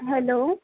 hello